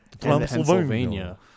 Transylvania